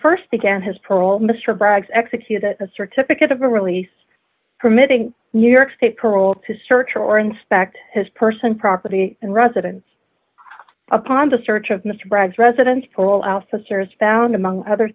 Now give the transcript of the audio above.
st began his parole mr bragg's executed a certificate of a release permitting new york state parole to search or inspect his person property and residence upon the search of mr bragg's residence parole officers found among other